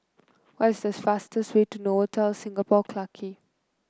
what is the fastest way to Novotel Singapore Clarke Quay